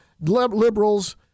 liberals